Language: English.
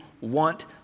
want